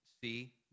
see